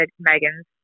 Megan's